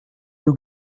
nous